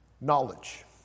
knowledge